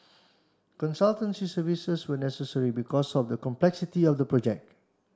consultancy services were necessary because of the complexity of the project